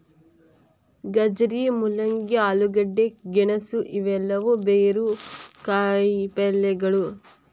ಗಜ್ಜರಿ, ಮೂಲಂಗಿ, ಆಲೂಗಡ್ಡೆ, ಗೆಣಸು ಇವೆಲ್ಲವೂ ಬೇರು ಕಾಯಿಪಲ್ಯಗಳು